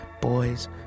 Boys